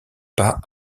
pas